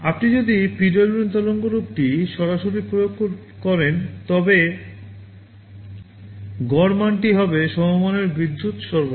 আপনি যদি PWM তরঙ্গরূপটি সরাসরি প্রয়োগ করেন তবে গড় মানটি হবে সমমানের বিদ্যুৎ সরবরাহ